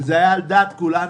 וזה היה על דעת כולנו,